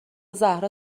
زهرا